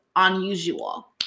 unusual